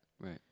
Right